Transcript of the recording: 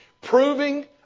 proving